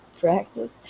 Practice